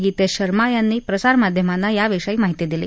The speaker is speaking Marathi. गीतध्त सर्मा यांनी प्रसारमाध्यमांना याविषयी माहिती दिली